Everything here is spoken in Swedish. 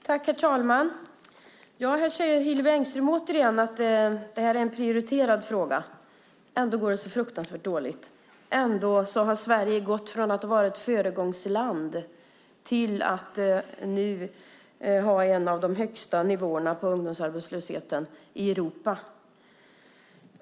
Herr talman! Hillevi Engström säger återigen att detta är en prioriterad fråga. Ändå går det så fruktansvärt dåligt. Ändå har Sverige gått från att vara ett föregångsland till att ha en av de högsta nivåerna på ungdomsarbetslöshet i Europa.